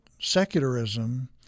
secularism